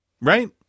right